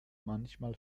manchmal